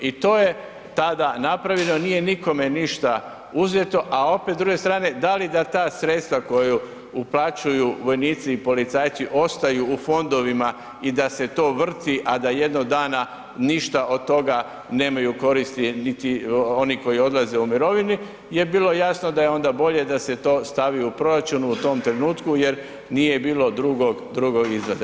I to je tada napravljeno, nije nikome ništa uzeo a opet s druge strane, da li da ta sredstva koja uplaćuju vojnici i policajci ostaju u fondovima i da se to vrti a da jednog dana ništa od toga nemaju koristi niti oni koji odlaze u mirovinu je bilo jasno da je onda bolje da se to stavi u proračun u tom trenutku jer nije bilo drugog izlaza.